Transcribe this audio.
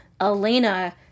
Elena